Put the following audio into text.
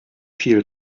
viel